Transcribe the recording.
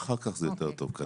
התלונות הן חריפות ביותר.